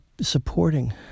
supporting